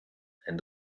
and